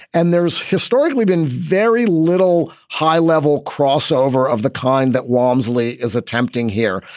and there's historically been very little high level crossover of the kind that wamsley is attempting here.